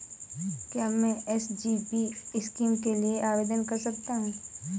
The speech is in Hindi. क्या मैं एस.जी.बी स्कीम के लिए आवेदन कर सकता हूँ?